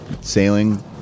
sailing